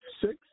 six